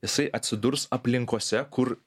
jisai atsidurs aplinkose kur